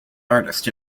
artist